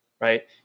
Right